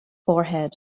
forehead